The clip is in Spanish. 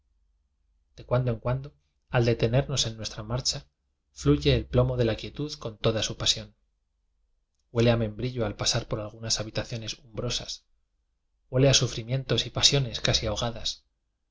de cuando en cuando al detenernos en nuestra marcha fluye el plomo de la quietud con toda su pasión huele a membrillo a pasar por algunas habltscíottes ünibrosas huele a sufrimientos y pasiones casi aho